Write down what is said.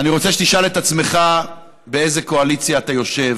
אני רוצה שתשאל את עצמך באיזו קואליציה אתה יושב